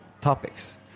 topics